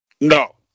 No